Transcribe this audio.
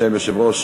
בשם יושב-ראש